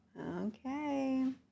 Okay